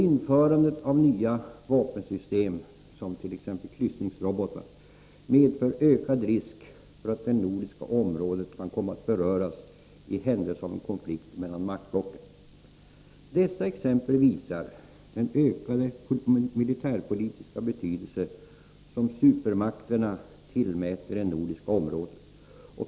Införandet av nya vapensystem, som t.ex. kryssningsrobotar, medför ökad risk för att det nordiska området kommer att beröras i händelse av en konflikt mellan maktblocken. Dessa exempel visar den ökande militärpolitiska betydelse som supermakterna tillmäter det nordiska området.